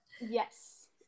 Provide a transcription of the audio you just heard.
yes